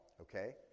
okay